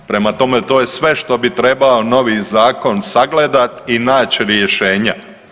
Prema tome to je sve što bi trebao novi zakon sagledati i naći rješenja.